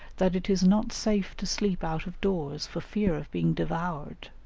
that it is not safe to sleep out of doors for fear of being devoured.